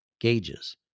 gauges